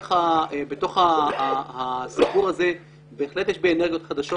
בתוך הסיפור הזה בהחלט יש בי אנרגיות חדשות